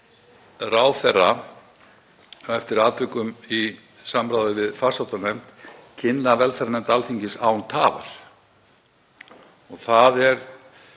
skal hann, eftir atvikum í samráði við farsóttanefnd, kynna velferðarnefnd Alþingis án tafar